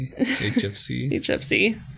HFC